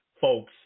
folks